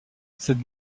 cette